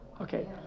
Okay